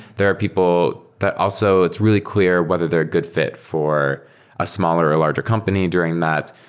there are people that also it's really clear whether they're good fit for a smaller or larger company during that,